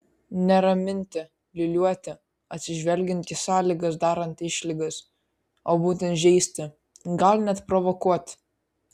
ne raminti liūliuoti atsižvelgiant į sąlygas darant išlygas o būtent žeisti gal net provokuoti